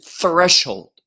threshold